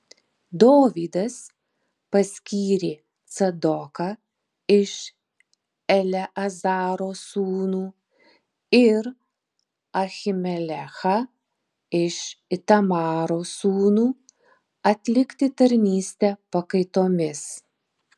dovydas paskyrė cadoką iš eleazaro sūnų ir ahimelechą iš itamaro sūnų atlikti tarnystę pakaitomis